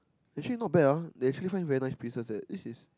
actually not bad ah they actually find very nice pieces eh this is